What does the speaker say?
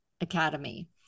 Academy